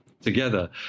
together